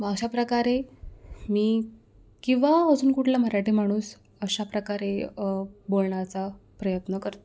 व अशा प्रकारे मी किंवा अजून कुठला मराठी माणूस अशा प्रकारे बोलण्याचा प्रयत्न करतो